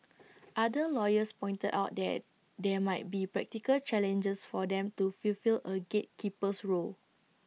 other lawyers pointed out that there might be practical challenges for them to fulfil A gatekeeper's role